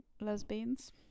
lesbians